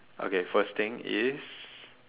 okay first thing is